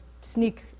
sneak